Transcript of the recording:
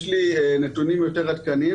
יש לי נתונים יותר עדכניים.